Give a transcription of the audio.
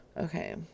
Okay